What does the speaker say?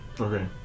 Okay